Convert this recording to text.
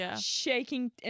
shaking